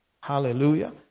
Hallelujah